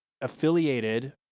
affiliated